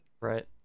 Right